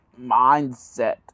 mindset